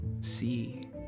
see